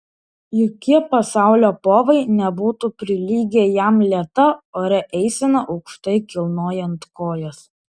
jokie pasaulio povai nebūtų prilygę jam lėta oria eisena aukštai kilnojant kojas